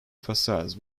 facades